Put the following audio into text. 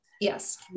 Yes